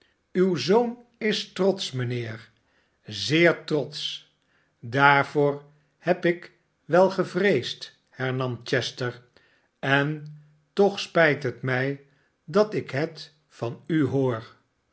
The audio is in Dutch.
uw zoon is trotsch mijnheer zeer trotsch daarvoor heb ik wel gevreesd hernam chester en toch spijt het mij dat ik het van u hoor